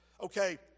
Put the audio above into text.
Okay